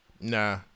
Nah